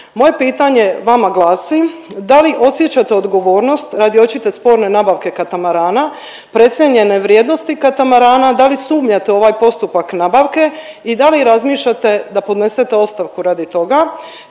Moje pitanje vama glasi da li osjećate odgovornost radi očite sporne nabavke katamarana, precijenjene vrijednosti katamarana, da li sumnjate u ovaj postupak nabavke i da li razmišljate da podnesete ostavku radi toga?